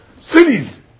cities